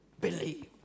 believe